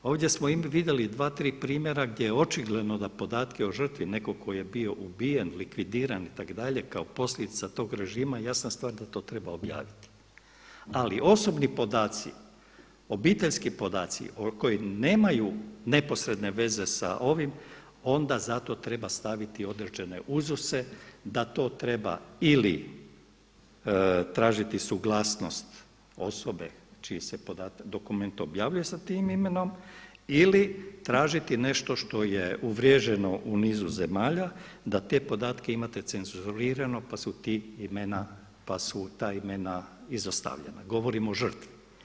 Ovdje smo vidjeli dva, tri primjera gdje je očigledno da podatke o žrtvi neko ko je bio ubijen, likvidiran itd. kao posljedica tog režima jasna stvar da to treba objaviti, ali osobni podaci, obiteljski podaci koji nemaju neposredne veze sa ovim onda zato treba staviti određene uzuse da to treba ili tražiti suglasnost osobe čiji se dokument objavljuje sa tim imenom ili tražiti nešto što je uvriježeno u nizu zemalja da te podatke imate cenzurirano pa su ta imena izostavljena, govorim o žrtvi.